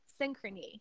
synchrony